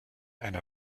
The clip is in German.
eine